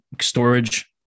storage